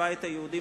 הבית היהודי,